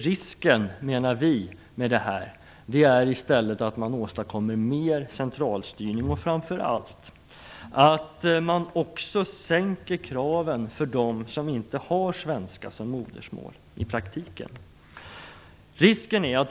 Risken med detta menar vi i stället är att man åstadkommer mer centralstyrning och framför allt att man också i praktiken sänker kraven för dem som inte har svenska som modersmål.